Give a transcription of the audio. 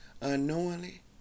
unknowingly